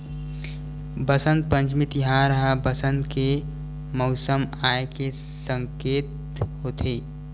बसंत पंचमी तिहार ह बसंत के मउसम आए के सकेत होथे